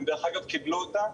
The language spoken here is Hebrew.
הם דרך אגב קיבלו אותה,